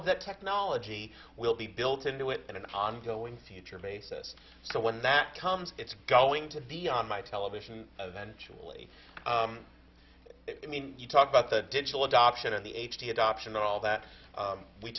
of that technology will be built into it in an ongoing feature basis so when that comes it's going to be on my television eventual e i mean you talk about the digital adoption and the h d adoption all that